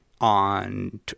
on